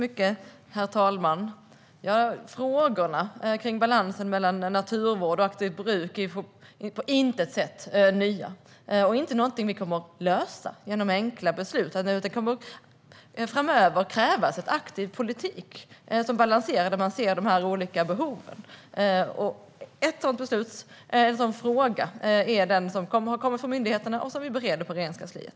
Herr talman! Frågorna om balansen mellan naturvård och aktivt bruk är på intet sätt nya och inte något vi kommer att lösa genom enkla beslut. Det kommer framöver att krävas en aktiv politik som balanserar de här olika behoven. En sådan fråga är den som kommer från myndigheterna och som vi bereder på Regeringskansliet.